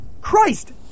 Christ